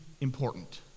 important